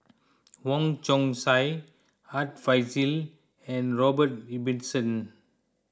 Wong Chong Sai Art Fazil and Robert Ibbetson